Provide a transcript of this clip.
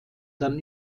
dann